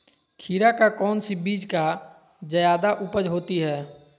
खीरा का कौन सी बीज का जयादा उपज होती है?